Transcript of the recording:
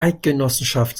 eidgenossenschaft